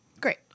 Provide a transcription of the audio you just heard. Great